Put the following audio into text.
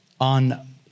on